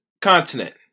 continent